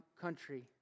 country